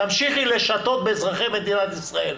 תמשיכי לשטות באזרחי מדינת ישראל,